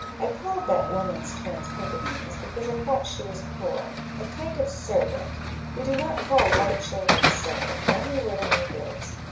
i called that woman's twins pickaninnies, because i thought she was poor a kind of servant we do not call white children so only little negroes.